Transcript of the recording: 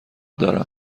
دارم